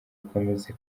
ukomeze